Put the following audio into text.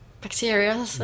bacteria